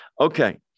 Okay